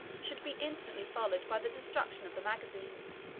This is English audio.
should be instantly followed by the destruction of the magazines,